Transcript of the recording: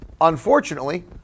unfortunately